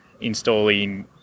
installing